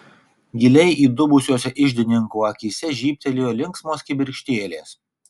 giliai įdubusiose iždininko akyse žybtelėjo linksmos kibirkštėlės